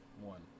one